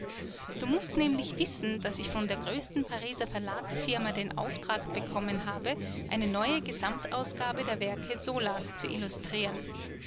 du mußt nämlich wissen daß ich von der größten pariser verlagsfirma den auftrag bekommen habe eine neue gesamtausgabe der werke zolas zu illustrieren